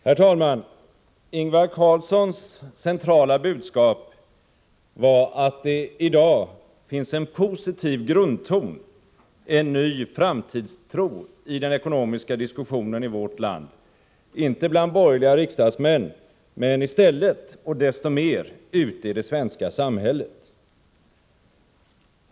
Herr talman! Ingvar Carlssons centrala budskap var att det i dag finns en positiv grundton, en ny framtidstro i den ekonomiska diskussionen i vårt land, inte bland borgerliga riksdagsmän men i stället och desto mer ute i det svenska samhället.